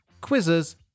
quizzes